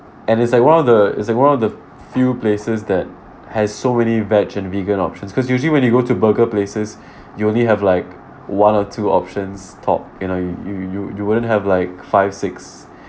and it's like one of the it's like one of the few places that has so many vegetarian and vegan options cause usually when you go to burger places you only have like one or two options top you know you you you you wouldn't have like five six